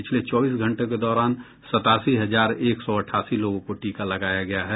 पिछले चौबीस घंटे के दौरान सतासी हजार एक सौ अठासी लोगों को टीका लगाया गया है